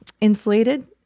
insulated